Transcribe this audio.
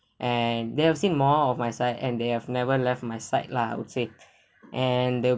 and they have seen more of my side and they have never left my side lah I would say and they'll